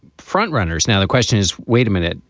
frontrunners now the question is, wait a minute.